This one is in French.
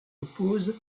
oppose